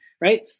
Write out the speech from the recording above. right